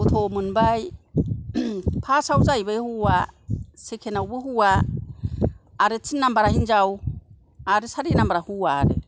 गथ' मोनबाय फासाव जाहैबाय हौवा सेकेण्डावबो हौवा आरो थिन नाम्बारा हिनजाव आरो सारि नाम्बारा हौवा आरो